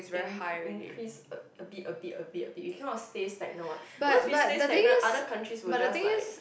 in increase a a bit a bit a bit a bit you cannot stay stagnant what once you stay stagnant other countries will just like